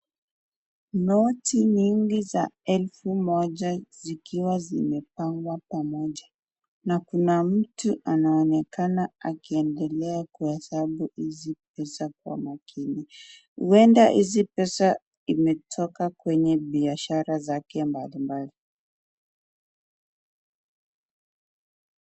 Noti nyingi za elfu moja zikiwa zimepangwa pamoja na kuna mtu anaonekana akiendelea kuhesabu hizi pesa kwa makini huenda hizi pesa imetoka kwenye biashara zake mbalimbali.